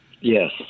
Yes